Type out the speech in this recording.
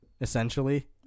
Essentially